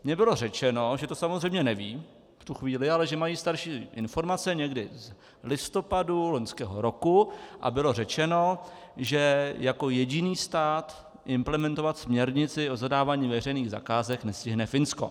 Mně bylo řečeno, že to samozřejmě nevědí v tu chvíli, ale že mají starší informace, někdy z listopadu loňského roku, a bylo řečeno, že jako jediný stát implementovat směrnici o zadávání veřejných zakázek nestihne Finsko.